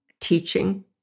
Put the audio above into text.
teaching